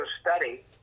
study